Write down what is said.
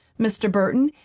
mr. burton,